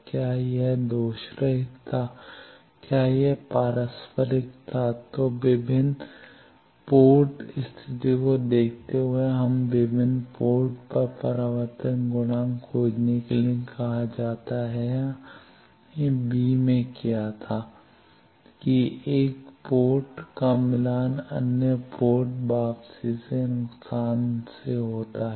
क्या यह दोषरहित था क्या यह पारस्परिक था तो विभिन्न पोर्ट स्थितियों को देखते हुए हमें विभिन्न पोर्ट पर परावर्तन गुणांक खोजने के लिए कहा जाता है जो हमने बी में किया है यह था कि 1 पोर्ट का मिलान अन्य पोर्ट वापसी नुकसान से होता है